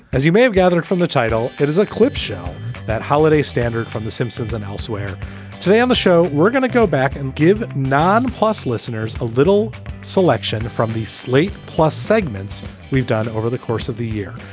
as you may have gathered from the title, it is a clip show that holiday standard from the simpsons and elsewhere today on the show. we're gonna go back and give non-plussed listeners a little selection from the slate plus segments we've done over the course of the year.